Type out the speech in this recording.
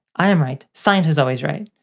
i am right. science is always right.